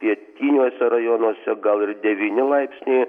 pietiniuose rajonuose gal ir devyni laipsniai